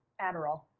Adderall